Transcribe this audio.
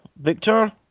Victor